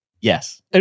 Yes